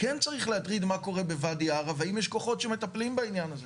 כן צריך להטריד מה קורה בוואדי ערה והאם יש כוחות שמטפלים בעניין הזה.